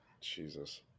Jesus